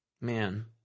man